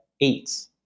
eights